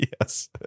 Yes